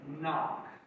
knock